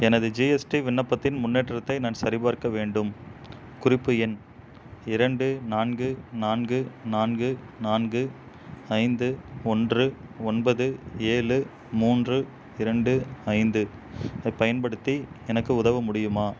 எனது ஜிஎஸ்டி விண்ணப்பத்தின் முன்னேற்றத்தை நான் சரிபார்க்க வேண்டும் குறிப்பு எண் இரண்டு நான்கு நான்கு நான்கு நான்கு ஐந்து ஒன்று ஒன்பது ஏழு மூன்று இரண்டு ஐந்து பயன்படுத்தி எனக்கு உதவ முடியுமா